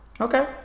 Okay